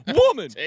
woman